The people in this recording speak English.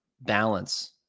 balance